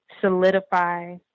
solidify